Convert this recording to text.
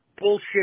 bullshit